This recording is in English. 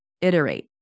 iterate